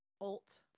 alt